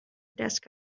desk